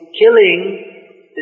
killing